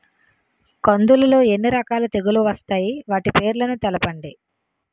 కందులు లో ఎన్ని రకాల తెగులు వస్తాయి? వాటి పేర్లను తెలపండి?